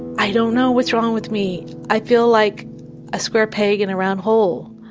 i don't know what's wrong with me, i feel like a square peg in a round hole.